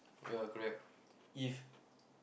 yeah correct